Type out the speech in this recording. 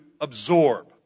absorb